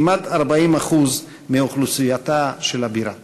כמעט 40% מאוכלוסייתה של הבירה.